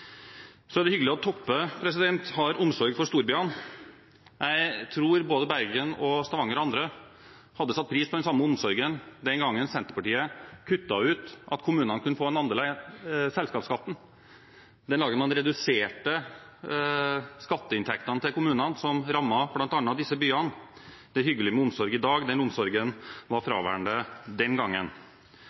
Så er det hyggelig at Toppe har omsorg for storbyene. Jeg tror både Bergen, Stavanger og andre hadde satt pris på den samme omsorgen den gangen Senterpartiet kuttet ut at kommunene kunne få en andel av selskapsskatten, den dagen man reduserte skatteinntektene til kommunene, som rammet bl.a. disse byene. Det er hyggelig med omsorg i dag. Den omsorgen var fraværende den gangen.